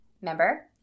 remember